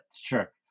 sure